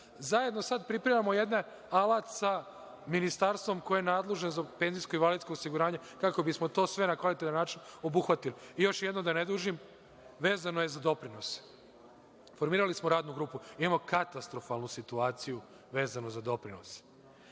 sada pripremamo jedan alat sa ministarstvom koje je nadležno za penzijsko-invalidsko osiguranje, kako bismo to sve na kvalitetan način obuhvatili. Još jednom, da ne dužim, vezano je za doprinose. Formirali smo radnu grupu. Imamo katastrofalnu situaciju, vezanu za doprinose.